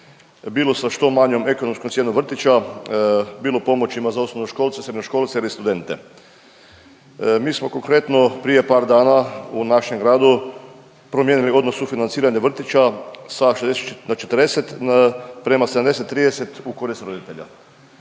bilo sa što manjom ekonomskom cijenom vrtića, bilo pomoćima za osnovnoškolce, srednjoškolce ili studente. Mi smo konkretno prije par dana u našem gradu promijenili odnos sufinanciranje vrtića sa 60 na 40 prema 70 30 u korist roditelja.